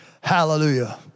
Hallelujah